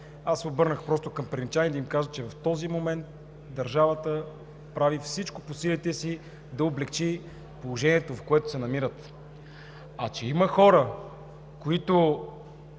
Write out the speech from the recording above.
Обърнах се към перничани да им кажа, че в този момент държавата прави всичко по силите си да облекчи положението, в което се намират. А че има хора, които